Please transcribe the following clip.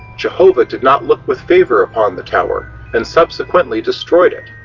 jehovah did not look with favor upon the tower and subsequently destroyed it.